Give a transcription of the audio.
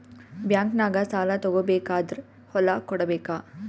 ಬ್ಯಾಂಕ್ನಾಗ ಸಾಲ ತಗೋ ಬೇಕಾದ್ರ್ ಹೊಲ ಕೊಡಬೇಕಾ?